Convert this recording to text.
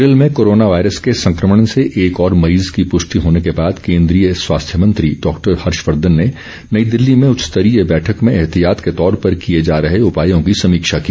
केरल में corona virus के संक्रमण से एक और मरीज की प्रष्टि होने के बाद कोन्द्रीय स्वास्थ्य मंत्री डॉक्टर हर्षवर्द्धन ने नई दिल्ली में उच्चस्तरीय बैठक में एहतियात के तौर पर किए जा रहे उपायों की समीक्षा की